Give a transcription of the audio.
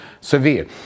severe